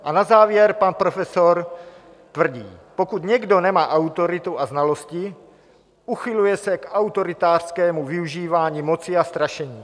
A na závěr pan profesor tvrdí: Pokud někdo nemá autoritu a znalosti, uchyluje se k autoritářskému využívání moci a strašení.